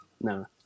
no